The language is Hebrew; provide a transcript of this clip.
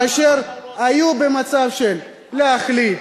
כאשר היו במצב של להחליט,